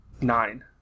nine